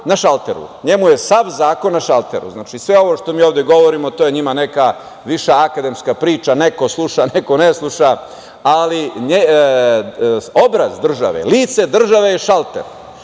na šalteru, njemu je sav zakon na šalteru. Znači, sve ovo što mi ovde govorimo, to je njima neka više akademska priča, neko sluša, neko ne sluša, ali obraz države, lice države je šalter.